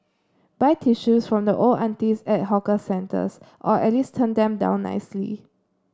buy tissues from the old aunties at hawker centres or at least turn them down nicely